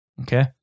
Okay